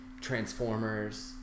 Transformers